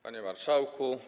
Panie Marszałku!